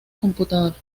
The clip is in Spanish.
computador